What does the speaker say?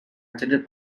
attended